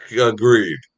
Agreed